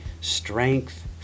strength